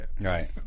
Right